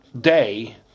day